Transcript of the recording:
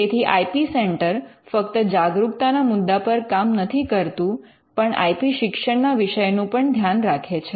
તેથી I P centre ફક્ત જાગરૂકતાના મુદ્દા પર કામ નથી કરતું પણ આઇ પી શિક્ષણના વિષયનુ પણ ધ્યાન રાખે છે